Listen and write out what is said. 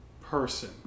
person